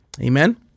Amen